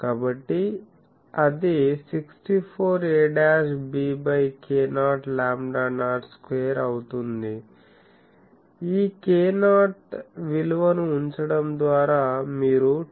కాబట్టి అది 64 ab by k0 lambda naught square అవుతుంది ఈ k0 విలువను ఉంచడం ద్వారా మీరు 10